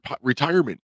retirement